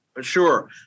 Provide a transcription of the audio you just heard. Sure